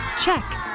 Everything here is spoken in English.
Check